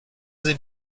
they